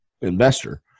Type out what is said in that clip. investor